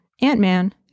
Ant-Man